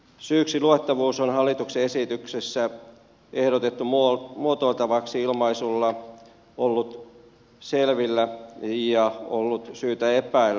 syyksiluettavuus on hallituksen esityksessä ehdotettu muotoiltavaksi ilmaisuilla ollut selvillä ja ollut syytä epäillä